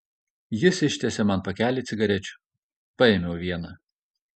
jis ištiesė man pakelį cigarečių paėmiau vieną